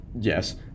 Yes